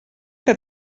que